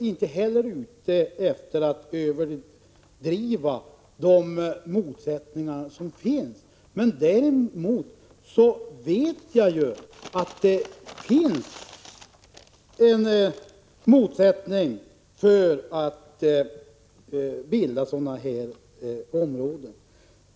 Inte heller är jag ute efter att överdriva de motsättningar som finns. Däremot vet jag att det finns ett motstånd mot att skapa sådana här områden.